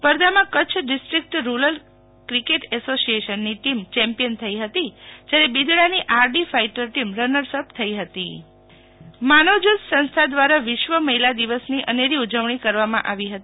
સ્પર્ધામાં Kutch district rural cricket એસોસિએશનની team champion થઇ હતી જ્યારે બિદડાની R D fighter team runners up થઇ હતી શીતલ વૈશ્નવ માનવજ્યોત સંસ્થા માનવ જ્યોત સંસ્થા ભજ દ્વારા વિશ્વ મહીલા દિવસની અનેરી ઉજવણી કરવામાં આવી હતી